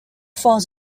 falls